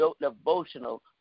devotional